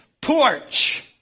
porch